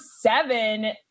seven